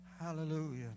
Hallelujah